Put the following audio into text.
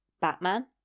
Batman